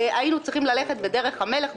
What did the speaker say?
היינו צריכים ללכת בדרך המלך,